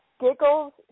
Giggles